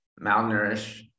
malnourished